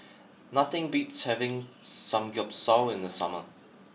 nothing beats having Samgyeopsal in the summer